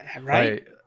Right